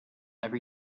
every